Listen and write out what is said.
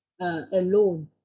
Alone